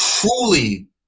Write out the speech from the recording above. truly